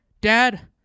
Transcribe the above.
Dad